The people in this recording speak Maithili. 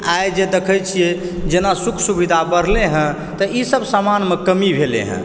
आइ जे देख़ै छियै जेना सुख सुविधा बढ़लै हँ तऽ ईसब समानमे कमी भेलयै हँ